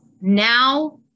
now